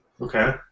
Okay